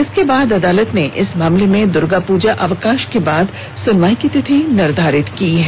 इसके बाद अदालत ने इस मामले में दुर्गापूजा अवकाश के बाद सुनवाई की तिथि निर्धारित की है